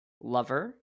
lover